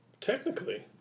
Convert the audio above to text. technically